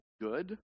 good